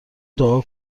دعا